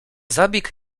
zabieg